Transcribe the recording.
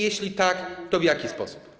Jeśli tak, to w jaki sposób?